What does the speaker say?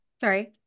sorry